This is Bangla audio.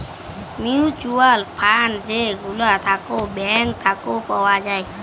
মিউচুয়াল ফান্ড যে গুলা থাক্যে ব্যাঙ্ক থাক্যে পাওয়া যায়